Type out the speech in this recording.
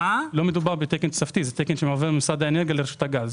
זה תקן שמועבר ממשרד האנרגיה לרשות הגז.